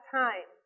time